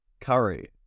curry